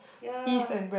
ya